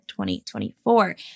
2024